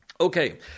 Okay